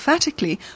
emphatically